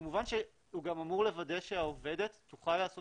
וכמובן שהוא גם אמור לוודא שהעובדת תוכל לעשות